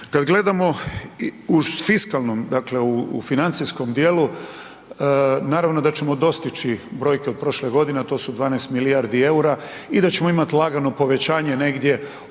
Kada gledamo u fiskalnom, dakle u financijskom dijelu, naravno da ćemo dostići brojke od prošle godine, a to su 12 milijardi eura i da ćemo imati lagano povećanje negdje od